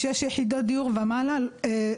משש יחידות דיור ומעלה --- ציבורית?